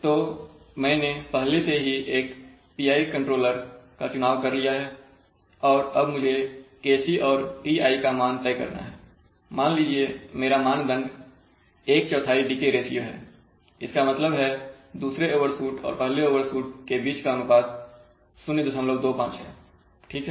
तो मैंने पहले से ही एक PI कंट्रोलर का चुनाव कर लिया है और अब मुझे Kc और Ti का मान तय करना है मान लीजिए मेरा मानदंड एक चौथाई डीके रेशियो है इसका मतलब है दूसरे ओवरशूट और पहले ओवरशूट के बीच का अनुपात 025 है ठीक है